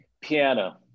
Piano